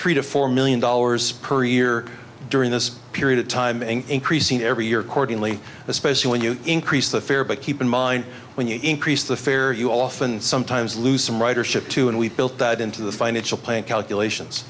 three to four million dollars per year during this period of time and increasing every year accordingly especially when you increase the fare but keep in mind when you increase the fare you often sometimes lose some ridership too and we've built that into the financial plan calculations